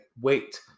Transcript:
wait